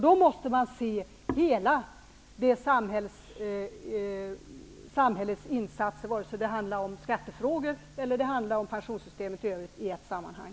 Då måste man se hela samhällets insatser, vare sig det handlar om skattefrågor eller pensionssystem, i ett sammanhang.